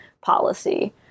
policy